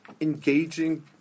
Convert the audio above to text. engaging